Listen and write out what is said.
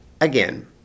Again